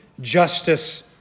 justice